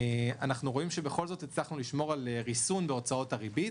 אנחנו רואים שבכל זאת הצלחנו לשמור על ריסון בהוצאות הריבית.